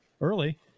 early